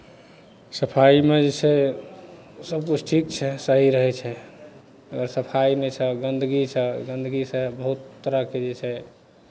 सफाइमे जे छै सभकिछु ठीक छै सही रहै छै अगर सफाइ नहि छह गन्दगी छह गन्दगीसँ बहुत तरहके जे छै